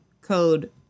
Code